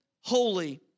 holy